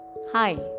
Hi